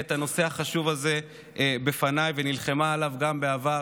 את הנושא החשוב הזה בפניי ונלחמה עליו גם בעבר.